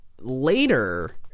later